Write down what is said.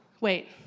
wait